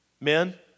Men